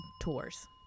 tours